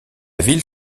ville